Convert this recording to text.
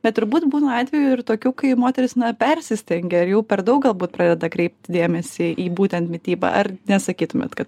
bet turbūt būna atvejų ir tokių kai moteris na persistengia ar jau per daug galbūt pradeda kreipti dėmesį į būtent mitybą ar nesakytumėt kad